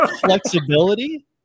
Flexibility